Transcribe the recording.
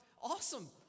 Awesome